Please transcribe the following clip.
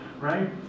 right